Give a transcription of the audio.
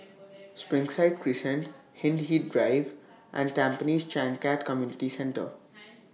Springside Crescent Hindhede Drive and Tampines Changkat Community Centre